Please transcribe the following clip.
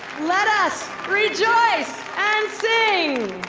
let us rejoice and sing.